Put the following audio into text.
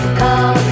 call